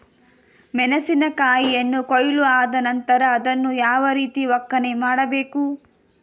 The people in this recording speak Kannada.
ಮೆಣಸಿನ ಕಾಯಿಯನ್ನು ಕೊಯ್ಲು ಆದ ನಂತರ ಅದನ್ನು ಯಾವ ರೀತಿ ಒಕ್ಕಣೆ ಮಾಡಬೇಕು?